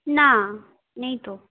না নেই তো